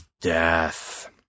death